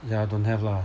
ya don't have lah